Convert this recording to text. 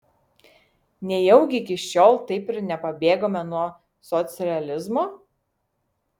nejaugi iki šiol taip ir nepabėgome nuo socrealizmo